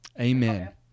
Amen